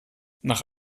nach